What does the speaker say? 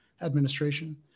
Administration